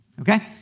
okay